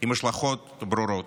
עם השלכות ברורות.